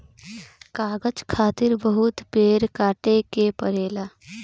कागज खातिर बहुत पेड़ काटे के पड़ेला